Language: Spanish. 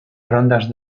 rondas